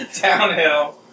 downhill